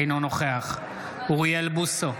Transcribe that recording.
אינו נוכח אוריאל בוסו,